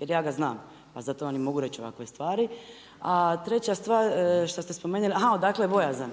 jer ja ga znam, pa zato vam i mogu reći ovakve stvari. A treća stvar, aha, odakle bojazan.